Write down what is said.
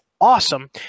awesome